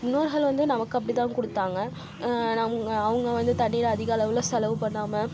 முன்னோர்கள் வந்து நமக்கு அப்படி தான் குடுத்தாங்க அவங்க அவங்க வந்து தண்ணீரை அதிக அளவில் செலவு பண்ணாமல்